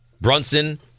Brunson